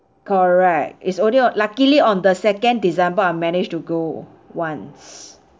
correct is only on luckily on the second december I managed to go once